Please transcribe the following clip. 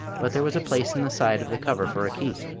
but there was a place in the side of the cover for a key.